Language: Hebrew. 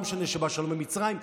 לא משנה שבא שלום עם מצרים.